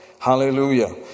hallelujah